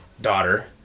daughter